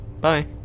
Bye